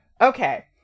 Okay